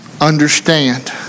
Understand